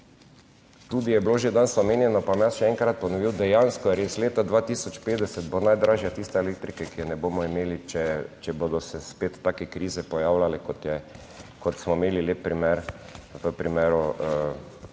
Tudi je bilo že danes omenjeno, pa bom jaz še enkrat ponovil dejansko res, leta 2050 bo najdražja tista elektrike, ki je ne bomo imeli, če bodo se spet take krize pojavljale kot smo imeli lep primer v primeru